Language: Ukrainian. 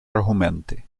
аргументи